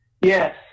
Yes